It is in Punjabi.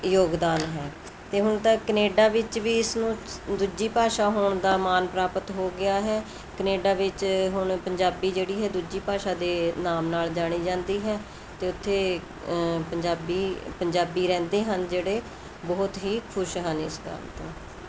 ਯੋਗਦਾਨ ਹੈ ਅਤੇ ਹੁਣ ਤਾਂ ਕਨੇਡਾ ਵਿੱਚ ਵੀ ਇਸਨੂੰ ਦੂਜੀ ਭਾਸ਼ਾ ਹੋਣ ਦਾ ਮਾਨ ਪ੍ਰਾਪਤ ਹੋ ਗਿਆ ਹੈ ਕਨੇਡਾ ਵਿੱਚ ਹੁਣ ਪੰਜਾਬੀ ਜਿਹੜੀ ਹੈ ਦੂਜੀ ਭਾਸ਼ਾ ਦੇ ਨਾਮ ਨਾਲ ਜਾਣੀ ਜਾਂਦੀ ਹੈ ਅਤੇ ਉੱਥੇ ਪੰਜਾਬੀ ਪੰਜਾਬੀ ਰਹਿੰਦੇ ਹਨ ਜਿਹੜੇ ਬਹੁਤ ਹੀ ਖੁਸ਼ ਹਨ ਇਸ ਗੱਲ ਤੋਂ